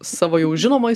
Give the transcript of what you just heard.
savo jau žinomoj